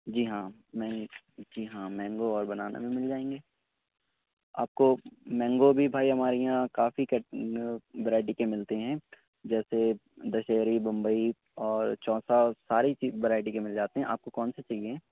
جی ہاں مینگ جی ہاں مینگو اور بنانا بھی مل جائیں گے آپ کو مینگو بھی بھائی ہمارے یہاں کافی ورائیٹی کے ملتے ہیں جیسے دشیری بمبئی اور چونسا سارے ہی ورائیٹی کے مل جاتے ہیں آپ کو کونسے چاہئیں